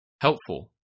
Helpful